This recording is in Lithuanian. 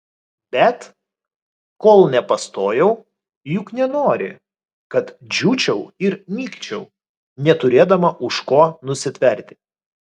bet kol nepastojau juk nenori kad džiūčiau ir nykčiau neturėdama už ko nusitverti